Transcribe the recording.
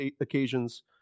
occasions